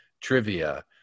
trivia